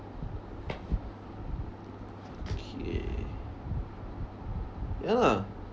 okay ya lah